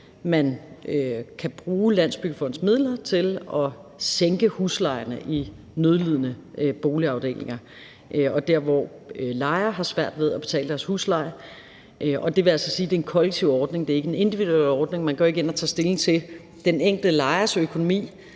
man kan bruge Landsbyggefondens midler til at sænke huslejerne i nødlidende boligafdelinger og der, hvor lejere har svært ved at betale deres husleje. Det vil altså sige, at det er en kollektiv ordning. Det er ikke en individuel ordning. Man går ikke ind og tager stilling til den enkelte lejers økonomi.